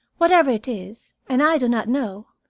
whatever it is, and i do not know,